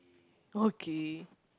okay